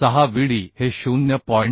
6 Vd हे 0